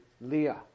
Leah